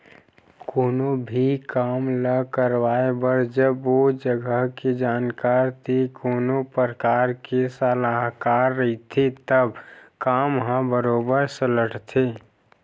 कोनो भी काम ल करवाए बर जब ओ जघा के जानकार ते कोनो परकार के सलाहकार रहिथे तब काम ह बरोबर सलटथे